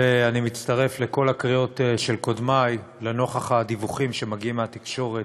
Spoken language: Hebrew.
ואני מצטרף לכל הקריאות של קודמי\ נוכח הדיווחים שמגיעים מהתקשורת,